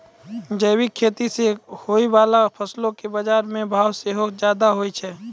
जैविक खेती से होय बाला फसलो के बजारो मे भाव सेहो ज्यादा होय छै